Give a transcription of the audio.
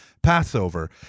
Passover